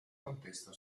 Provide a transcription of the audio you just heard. contesto